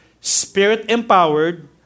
spirit-empowered